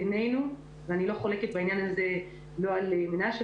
בעינינו ואני לא חולקת בעניין הזה לא על מנשה,